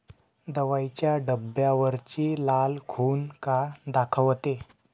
दवाईच्या डब्यावरची लाल खून का दाखवते?